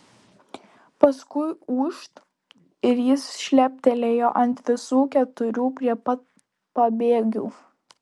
paskui ūžt ir jis šleptelėjo ant visų keturių prie pat pabėgių